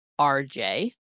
RJ